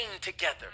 together